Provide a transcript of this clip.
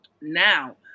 Now